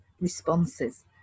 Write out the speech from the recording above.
responses